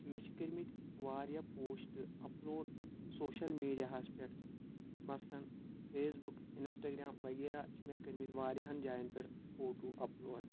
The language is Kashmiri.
مےٚ چھِ کٔرمٕتۍ واریاہ پوسٹ اپلوڈ سوشَل میٖڈیا ہَس پؠٹھ مَثلَن فیس بُک اِنسٹاگرٛام وغیرہ چھِ مےٚ کٔرمٕتۍ واریاہَن جایَن پؠٹھ فوٹو اپلوڈ